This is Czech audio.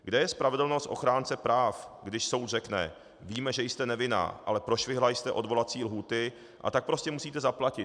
Kde je spravedlnost ochránce práv, když soud řekne: Víme, že jste nevinná, ale prošvihla jste odvolací lhůty, a tak prostě musíte zaplatit.